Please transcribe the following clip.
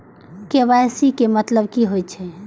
KYC के मतलब की होई छै?